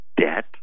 debt